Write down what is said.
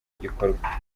gikorwa